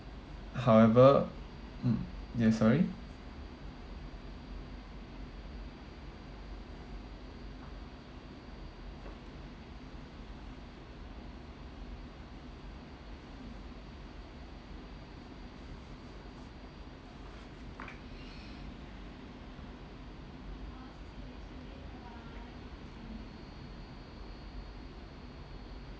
however mm ya sorry